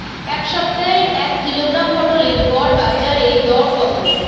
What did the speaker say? এ সপ্তাহের এক কিলোগ্রাম পটলের গড় বাজারে দর কত?